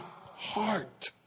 heart